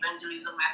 evangelism